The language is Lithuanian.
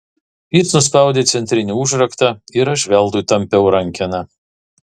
jis nuspaudė centrinį užraktą ir aš veltui tampiau rankeną